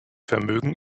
vermögen